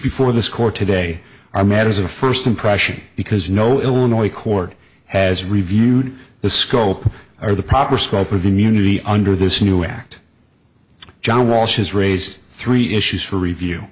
before this court today are matters of first impression because no illinois court has reviewed the scope or the proper scope of immunity under this new act john walsh has raised three issues for review